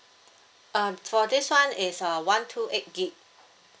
um for this one is a one two eight gig